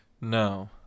No